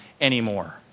anymore